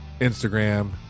Instagram